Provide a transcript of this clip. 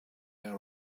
were